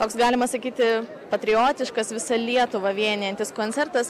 toks galima sakyti patriotiškas visą lietuvą vienijantis koncertas